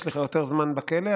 יש לך יותר זמן בכלא,